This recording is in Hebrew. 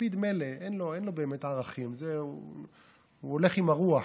לפיד מילא, אין לו באמת ערכים, הוא הולך עם הרוח.